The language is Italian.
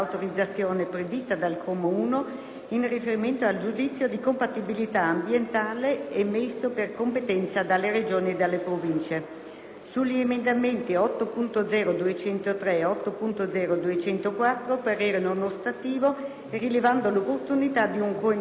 in riferimento al giudizio di compatibilità ambientale emesso, per competenza, dalle Regioni e dalle Province; - sugli emendamenti 8.0.203 e 8.0.204 parere non ostativo rilevando l'opportunità di un coinvolgimento della Conferenza Stato-Regioni